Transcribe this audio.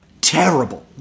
Terrible